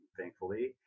thankfully